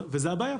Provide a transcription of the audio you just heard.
זה הבעיה.